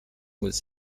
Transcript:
was